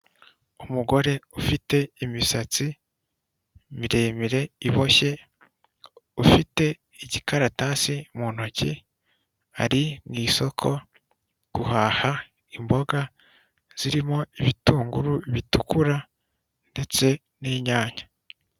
Umugore ufite imisatsi miremire iboshye ufite igikaratasi mu ntoki ari mu isoko guhaha imboga zirimo ibitunguru bitukura ndetse n'inyanya.